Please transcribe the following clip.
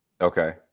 Okay